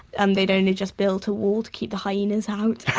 and they'd only just built a wall to keep the hyenas out and